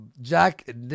jack